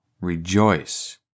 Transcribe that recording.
rejoice